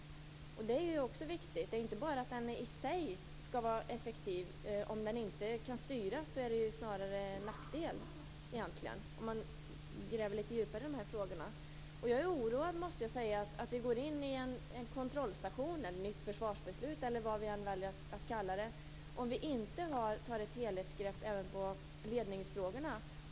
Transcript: Det handlar inte bara om att den i sig skall vara effektiv. Om den inte kan styras är det snarare en nackdel om man gräver litet djupare i dessa frågor. Jag är oroad över att vi går in i en kontrollstation, ett nytt försvarsbeslut eller vad vi än väljer att kalla det, om vi inte tar ett helhetsgrepp även på ledningsfrågorna.